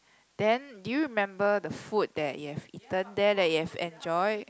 then do you remember the food that you have eaten there that you have enjoyed